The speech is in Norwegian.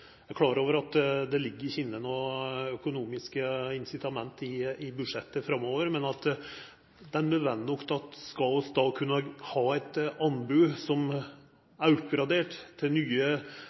Eg er klar over at det ikkje ligg inne noko økonomiske incitament i budsjettet framover, men det er nødvendig at vi frå 2016 skal kunna ha eit anbod som er oppgradert ut frå nye